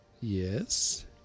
Yes